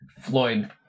Floyd